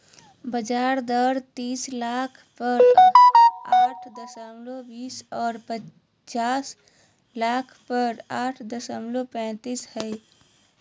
ब्याज दर तीस लाख पर आठ दशमलब बीस और पचास लाख पर आठ दशमलब पैतालीस हइ